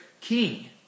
king